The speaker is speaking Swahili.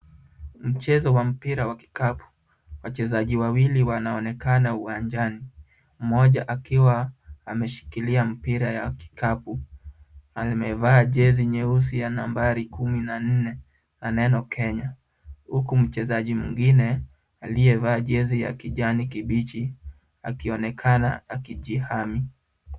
Mchezo wa mpira wa kikapu. Wachezaji wawili wanaonekana uwanjani, mmoja akiwa ameshikilia mpira ya kikapu, alimevaa jezi nyeusi ya nambari kumi na nne na neno Kenya, huyu mchezaji mwingine aliyevaa jezi ya kijani kibichi, akionekana akijihami.